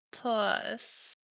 Plus